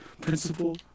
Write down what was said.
principal